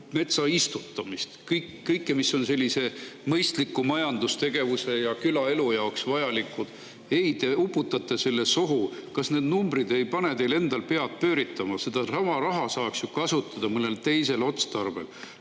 metsa istutada, kõike, mis on mõistliku majandustegevuse ja külaelu jaoks vajalik. Ei, te uputate selle sohu. Kas need numbrid ei pane teil endal pead pööritama? Sedasama raha saaks ju kasutada mõnel teisel otstarbel,